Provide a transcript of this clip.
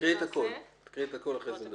תקראי את הכול ואחרי כן נדבר.